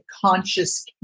conscious